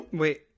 Wait